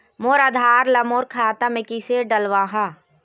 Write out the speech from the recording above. मोर आधार ला मोर खाता मे किसे डलवाहा?